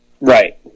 Right